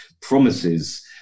promises